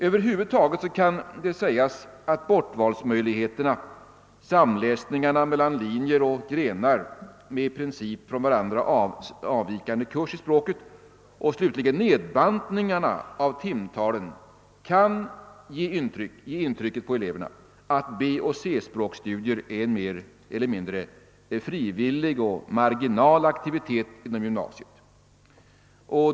Över huvud taget kan sägas att bortvalsmöjligheterna, samläsningarna mellan linjer och grenar med i princip från varandra avvikande kurser i språk och slutligen nedbantningarna av timtalen kan ge eleverna det intrycket, att B och C-språksstudier är en mer eller mindre frivillig, marginell aktivitet i gymnasiet.